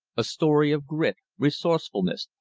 a story of grit, resourcefulness,